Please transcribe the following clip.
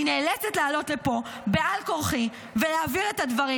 אני נאלצת לעלות לפה בעל כורחי ולהעביר את הדברים.